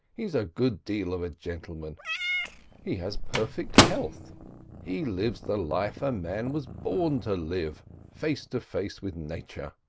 he's a good deal of a gentleman he has perfect health he lives the life a man was born to live face to face with nature.